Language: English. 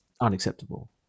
unacceptable